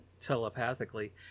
telepathically